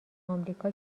آمریکا